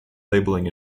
labeling